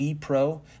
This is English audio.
pro